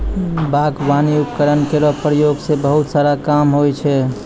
बागबानी उपकरण केरो प्रयोग सें बहुत सारा काम होय छै